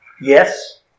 Yes